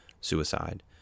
suicide